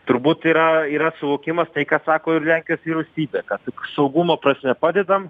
turbūt yra yra suvokimas tai ką sako ir lenkijos vyriausybė kad saugumo prasme padedam